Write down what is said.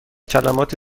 کلمات